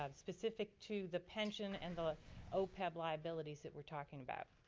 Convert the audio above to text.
um specific to the pension and the opeb liabilities that we're talking about.